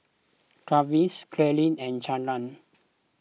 Travis Clarine and Charlene